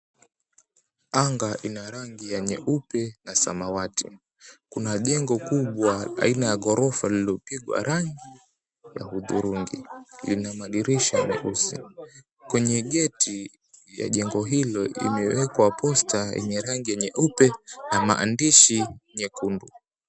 Anga inarangi ya nyeupe na samawati kuna jengo kubwa aina la ghorofa lililopigwa rangi ya hudhurungi lina madirisha nyeusi, kwenye gate la jengo hilo imewekwa poster yenye rangi nyeupe na maandishi nyekundu.